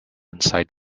inside